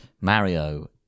Mario